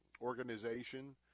organization